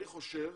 אני חושב